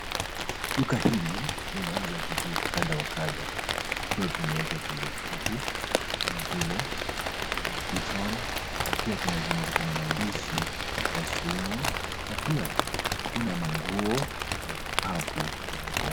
Duka hili linauza vitu kadha wa kadha vikiwa vimewekwa kwenye vikapu kama vile gingembre citron na pia kuna zenye ziko na maandishi ya sumu na pia kuna manguo na vikapu.